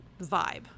vibe